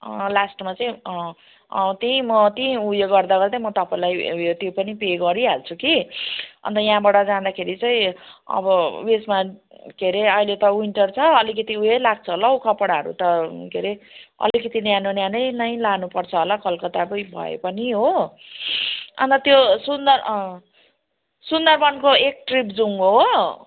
लास्टमा चाहिँ त्यही म त्यही ऊ यो गर्दा गर्दै म तपाईँलाई ऊ यो त्यो पनि पे गरिहाल्छु कि अनि त यहाँबाट जाँदाखेरि चाहिँ अब ऊ यसमा के रे अहिले त विन्टर छ अलिकति ऊ यही लाग्छ होला हो कपडाहरू त के रे अलिकति न्यानो न्यानै नै लानुपर्छ होला कलकत्ताकै भए पनि हो अनि त त्यो सुन्दर सुन्दरवनको एक ट्रिप जाऔँ हो